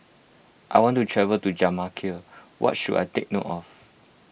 I want to travel to Jamaica what should I take note of